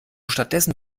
stattdessen